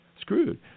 screwed